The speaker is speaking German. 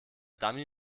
dummy